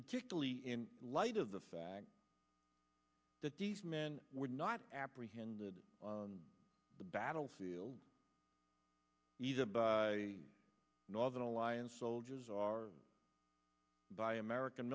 particularly in light of the fact that these men were not apprehended on the battlefield by northern alliance soldiers are by american